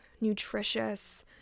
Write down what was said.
nutritious